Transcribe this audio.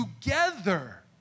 together